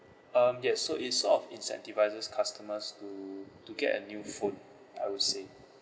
um yes so it sort of incentivises customers to to get a new phone I would say